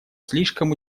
слишком